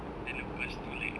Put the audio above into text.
then selepas itu like